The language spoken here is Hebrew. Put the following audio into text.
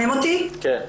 שלום.